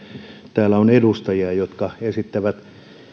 täällä on edustajia jotka esittävät